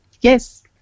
Yes